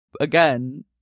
again